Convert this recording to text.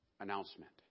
Announcement